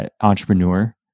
Entrepreneur